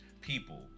people